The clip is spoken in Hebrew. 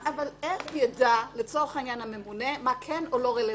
איך ידע הממונה מה כן או לא רלוונטי?